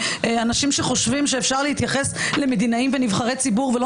אנשים שחושבים שאפשר להתייחס למדינאים ולנבחרי ציבור ולא